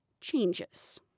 changes